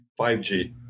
5G